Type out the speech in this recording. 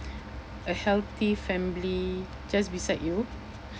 a healthy family just beside you